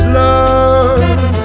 love